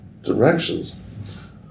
directions